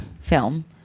film